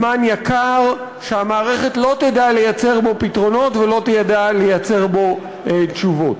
זמן יקר שהמערכת לא תדע לייצר בו פתרונות ולא תדע לייצר בו תשובות.